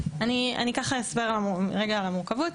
אני ככה אסביר רגע על המורכבות.